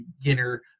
beginner